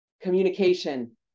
communication